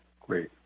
great